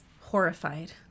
horrified